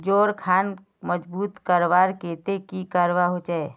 जोड़ खान मजबूत करवार केते की करवा होचए?